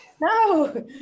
No